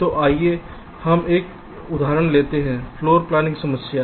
तो आइए हम एक उदाहरण लेते हैं फ़्लोर प्लानिंग समस्या